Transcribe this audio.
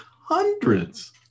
hundreds